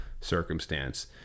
circumstance